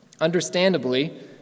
Understandably